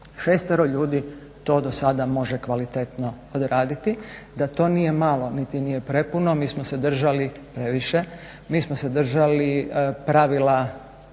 Šestero ljudi to do sada može kvalitetno odraditi. Da to nije malo, niti nije prepuno, mi smo se držali previše, mi smo se držali pravila